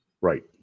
Right